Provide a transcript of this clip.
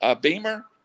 Beamer